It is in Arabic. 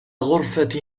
غرفة